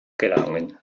gelangen